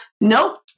Nope